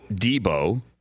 Debo